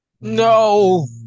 No